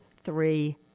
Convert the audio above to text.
three